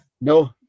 No